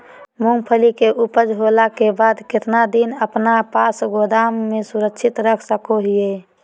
मूंगफली के ऊपज होला के बाद कितना दिन अपना पास गोदाम में सुरक्षित रख सको हीयय?